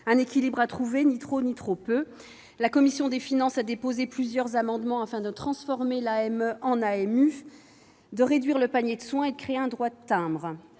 un équilibre à trouver : ni trop, ni trop peu ... La commission des finances a déposé plusieurs amendements, afin de transformer l'AME en aide médicale d'urgence (AMU), de réduire le panier de soins et de créer un droit de timbre.